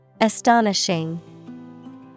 Astonishing